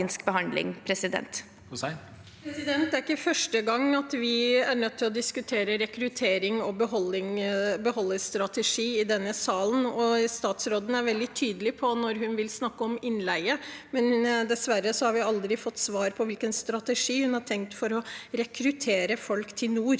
Det er ikke første gang vi er nødt til å diskutere rekruttering og beholderstrategi i denne salen. Statsråden er veldig tydelig når hun snakker om innleie, men dessverre har vi aldri fått svar på hvilken strategi hun har tenkt på for å rekruttere folk til nord.